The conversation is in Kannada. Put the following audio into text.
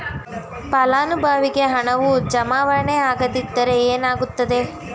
ಫಲಾನುಭವಿಗೆ ಹಣವು ಜಮಾವಣೆ ಆಗದಿದ್ದರೆ ಏನಾಗುತ್ತದೆ?